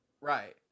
Right